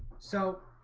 so